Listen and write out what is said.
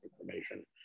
information